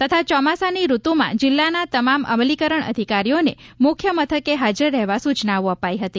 તથા ચોમાસાની ઋતુમાં જિલ્લાના તમામ અમલીકરણ અધિકારીઓ મુખ્ય મથકે હાજર રહેવા સુચનાઓ અપાઈ હતી